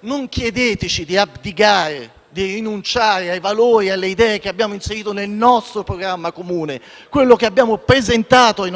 non chiedeteci di abdicare e rinunciare ai valori e alle idee che abbiamo inserito nel nostro programma comune, quello che abbiamo presentato ai